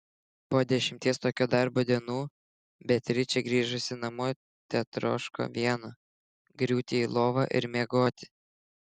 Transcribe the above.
po dešimties tokio darbo dienų beatričė grįžusi namo tetroško vieno griūti į lovą ir miegoti